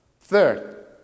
Third